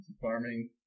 farming